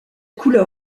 couleur